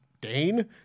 Dane